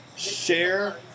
Share